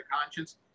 conscience